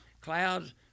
clouds